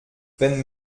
wenn